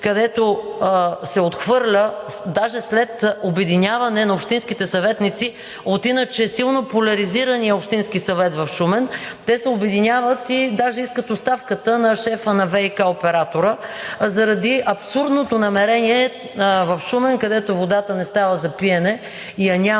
където се отхвърля – даже след обединяване на общинските съветници, от иначе силно поляризирания общински съвет в Шумен, те се обединяват и даже искат оставката на шефа на ВиК оператора заради абсурдното намерение в Шумен, където водата не става за пиене и я няма,